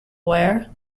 wear